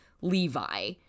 Levi